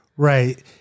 Right